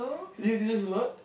do you do this a lot